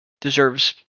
deserves